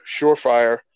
Surefire